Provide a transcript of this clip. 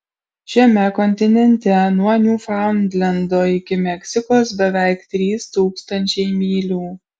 šiame kontinente nuo niūfaundlendo iki meksikos beveik trys tūkstančiai mylių